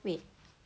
wait